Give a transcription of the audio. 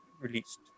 released